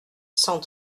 cent